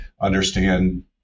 understand